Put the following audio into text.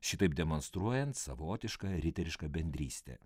šitaip demonstruojant savotišką riterišką bendrystę